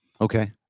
Okay